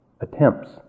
attempts